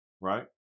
right